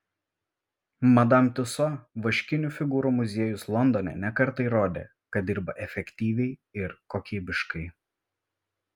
madam tiuso vaškinių figūrų muziejus londone ne kartą įrodė kad dirba efektyviai ir kokybiškai